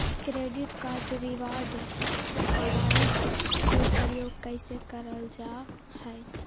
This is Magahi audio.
क्रैडिट कार्ड रिवॉर्ड प्वाइंट के प्रयोग कैसे करल जा है?